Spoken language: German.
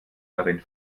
darin